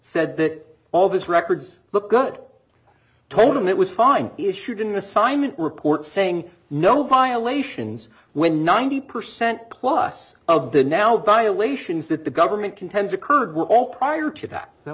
said that all of his records look good told him it was fine issued an assignment report saying no violations when ninety percent plus of the now violations that the government contends occurred were all prior to that that